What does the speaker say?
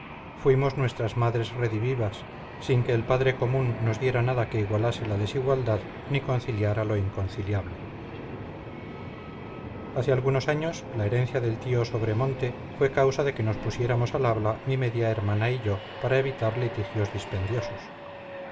fuimos nuestras madres redivivas sin que el padre común nos diera nada que igualase la desigualdad ni conciliara lo inconciliable hace algunos años la herencia del tío sobremonte fue causa de que nos pusiéramos al habla mi media hermana y yo para evitar litigios dispendiosos